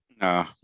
no